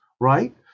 right